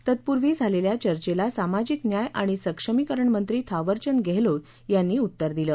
तत्पूर्वी झालेल्या चर्चेला सामाजिक न्याय आणि सक्षमीकरण मंत्री थावरचंद गहलोत यांनी उत्तर दिलं